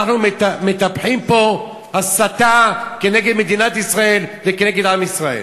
אנחנו מטפחים פה הסתה כנגד מדינת ישראל וכנגד עם ישראל.